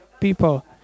people